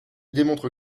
démontre